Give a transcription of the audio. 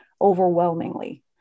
overwhelmingly